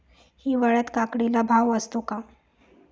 हिवाळ्यात काकडीला भाव असतो का?